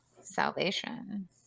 salvation